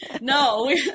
No